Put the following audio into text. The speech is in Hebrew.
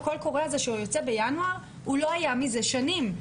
הקול הקורא הזה שיוצא בינואר לא היה מזה שנים.